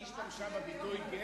היא השתמשה בביטוי "גבר"